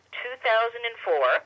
2004